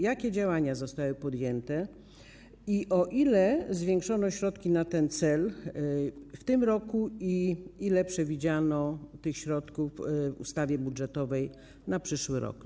Jakie działania zostały podjęte i o ile zwiększono środki na ten cel w tym roku i ile przewidziano tych środków w ustawie budżetowej na przyszły rok?